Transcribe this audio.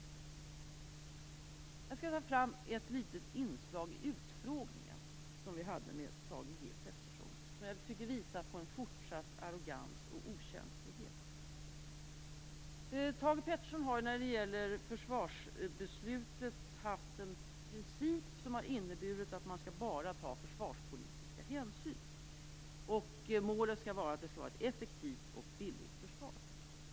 Jag skulle vilja ta fram ett litet inslag i den utfrågning som vi hade med Thage G Peterson, som visar på en fortsatt arrogans och okänslighet. Thage G Peterson har när det gäller försvarsbeslutet tillämpat en princip som inneburit att man bara skall ta försvarspolitiska hänsyn. Målet skall vara ett effektivt och billigt försvar.